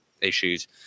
issues